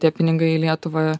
tie pinigai į lietuvą